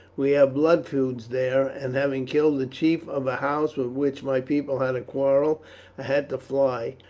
we have blood feuds there, and having killed the chief of a house with which my people had a quarrel i had to fly,